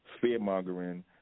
fear-mongering